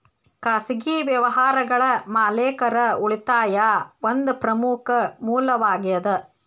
ಖಾಸಗಿ ವ್ಯವಹಾರಗಳ ಮಾಲೇಕರ ಉಳಿತಾಯಾ ಒಂದ ಪ್ರಮುಖ ಮೂಲವಾಗೇದ